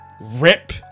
rip